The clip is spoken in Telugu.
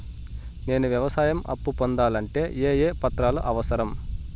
నేను వ్యవసాయం అప్పు పొందాలంటే ఏ ఏ పత్రాలు అవసరం?